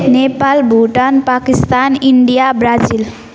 Nepal Bhutan Pakistan India Brazil